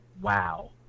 wow